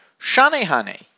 Shanehane